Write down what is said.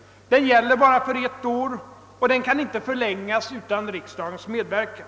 Den gäller bara för ett år och den kan inte förlängas utan riksdagens medverkan.